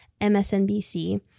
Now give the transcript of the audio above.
MSNBC